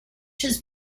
has